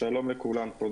שלום לכולם.